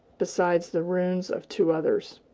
besides the ruins of two others.